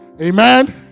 Amen